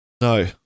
No